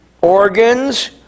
organs